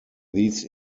these